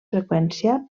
freqüència